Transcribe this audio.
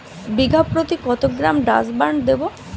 বিঘাপ্রতি কত গ্রাম ডাসবার্ন দেবো?